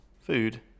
food